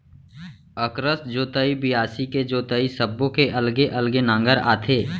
अकरस जोतई, बियासी के जोतई सब्बो के अलगे अलगे नांगर आथे